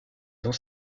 donc